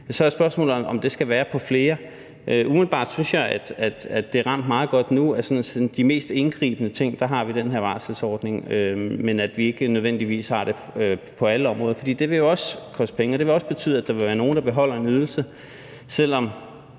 så er spørgsmålet, om det skal være i flere. Umiddelbart synes jeg, at det er ramt meget godt nu, altså at vi i forhold til de mest indgribende ting har den her varselsordning, men at vi ikke nødvendigvis har det på alle områder. For det vil jo også koste penge, og det vil også betyde, at der vil være nogle, der beholder en ydelse,